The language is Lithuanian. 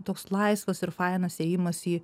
toks laisvas ir fainas ėjimas į